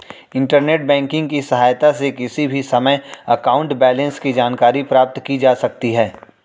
internet banking की सहायता से किसी भी समय अकाउंट बैलेंस की जानकारी प्राप्त की जा सकती है